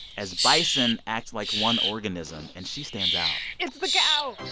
as bison act like one organism, and she stands out it's the cow